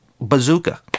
bazooka